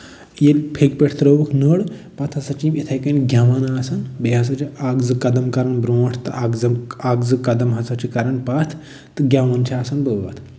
ییٚتہِ پھیٚکہِ پٮ۪ٹھۍ ترٲوٕکھ نٔر پَتہٕ ہسا چھِ یِم یِتھٕے کٔنۍ گٮ۪وان آسان بیٚیہِ ہسا چھِ اکھ زٕ قدم کَران برٛونٛٹھ تہٕ اکھ زٕ زٕ قدم ہسا چھِ کَران پَتھ تہٕ گٮ۪وُن چھِ آسان بٲتھ